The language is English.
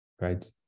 Right